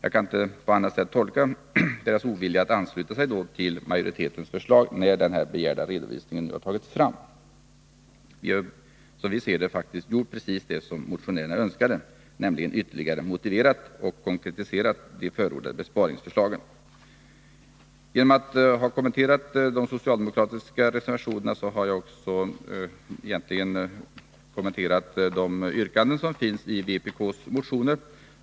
På annat sätt kan jag inte tolka deras ovilja att ansluta sig till majoritetens förslag, då den begärda redovisningen nu har tagits fram. Som viser det har vi faktiskt gjort precis det som motionärerna önskade, nämligen ytterligare motiverat och konkretiserat de förordade besparingsförslagen. Då jag kommenterat de socialdemokratiska reservationerna, har jag egentligen också kommenterat yrkandena i vpk:s motioner.